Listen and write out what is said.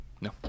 No